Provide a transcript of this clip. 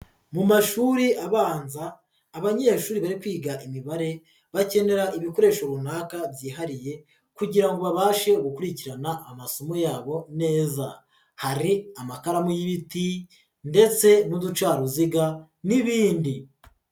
Mu mashuri abanza abanyeshuri bari kwiga imibare bakenera ibikoresho runaka byihariye kugira ngo babashe gukurikirana amasomo yabo neza, hari amakaramu y'ibiti ndetse n'uducaruziga n'ibindi.